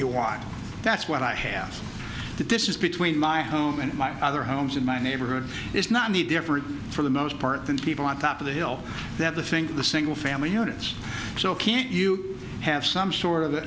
you want that's what i have the distance between my home and my other homes in my neighborhood is not the different for the most part the people on top of the hill that the think the single family units so can't you have some sort of